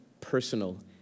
personal